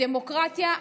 הדמוקרטיה,